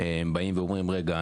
באים ואומרים רגע,